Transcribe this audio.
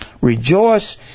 rejoice